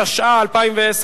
התשע"א 2010,